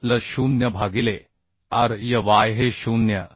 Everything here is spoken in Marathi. तर L0 भागिले r y y हे 0